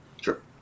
Sure